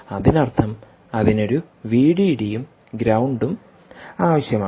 അതിനർത്ഥം അതിന് ഒരു വിഡിഡിയും ഗ്രൌണ്ടും ആവശ്യമാണ്